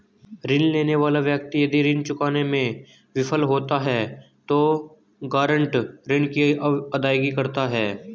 ऋण लेने वाला व्यक्ति यदि ऋण चुकाने में विफल होता है तो गारंटर ऋण की अदायगी करता है